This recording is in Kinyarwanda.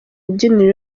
rubyiniro